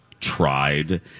tried